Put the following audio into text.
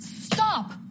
Stop